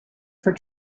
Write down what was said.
for